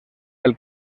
pel